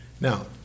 Now